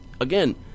again